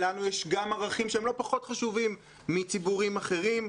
לנו יש גם ערכים שהם לא פחות חשובים מציבורים אחרים.